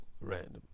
random